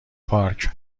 پارک